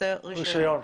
יוצא רישיון.